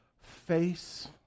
face